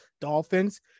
Dolphins